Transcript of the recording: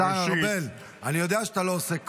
השר ארבל, אני יודע שאתה לא עושה כושר,